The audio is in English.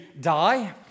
die